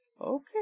Okay